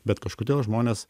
bet kažkodėl žmonės